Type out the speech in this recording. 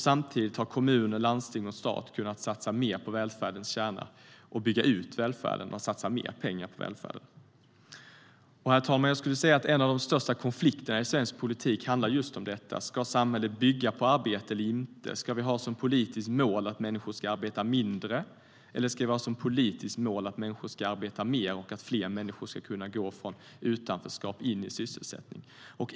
Samtidigt har kommuner, landsting och stat kunnat satsa mer på välfärdens kärna, bygga ut välfärden och satsa mer pengar på välfärden. Herr talman! En av de största konflikterna i svensk politik handlar just om detta. Ska samhället bygga på arbete eller inte? Ska vi ha som politiskt mål att människor ska arbeta mindre, eller ska vi ha som politiskt mål att människor ska arbeta mer och att fler människor ska kunna gå från utanförskap in i sysselsättning?